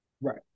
Right